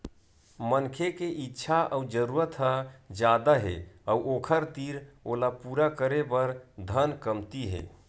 मनखे के इच्छा अउ जरूरत ह जादा हे अउ ओखर तीर ओला पूरा करे बर धन कमती हे